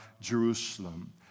Jerusalem